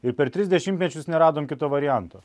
ir per tris dešimtmečius neradom kito varianto